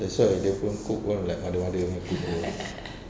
that's why dia pun cook pun like mother mother punya cook